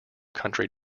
country